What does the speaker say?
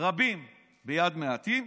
רבים ביד מעטים,